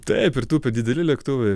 taip ir tupia dideli lėktuvai